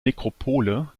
nekropole